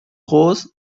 groß